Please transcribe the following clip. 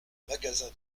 magasin